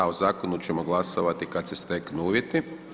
A o zakonu ćemo glasovati kada se steknu uvjeti.